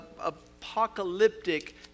apocalyptic